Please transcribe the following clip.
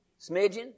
Smidgen